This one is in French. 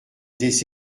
des